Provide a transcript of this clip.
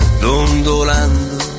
dondolando